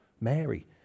Mary